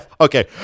okay